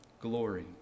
glory